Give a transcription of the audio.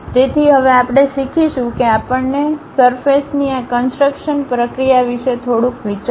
તેથી હવે આપણે શીખીશું કે આપણને સરફેસ ની આ કન્સટ્રક્શન પ્રક્રિયા વિશે થોડુંક વિચાર હશે